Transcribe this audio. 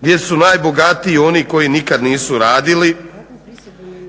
gdje su najbogatiji oni koji nikad nisu radili,